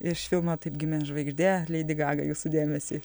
iš filmo taip gimė žvaigždė leidi gaga jūsų dėmesiui